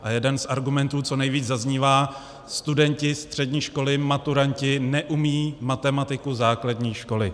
A jeden z argumentů, co nejvíc zaznívá, studenti střední školy, maturanti neumějí matematiku základní školy.